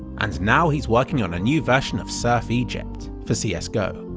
and now he's working on a new version of surf egypt, for cs go.